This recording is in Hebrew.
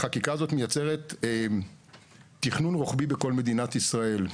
החקיקה הזאת מייצגת תכנון רוחבי בכל מדינת ישראל.